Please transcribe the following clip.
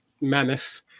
mammoth